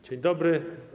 Dzień dobry.